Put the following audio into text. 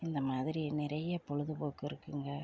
இந்த மாதிரி நிறைய பொழுது போக்கு இருக்குங்க